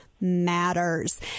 Matters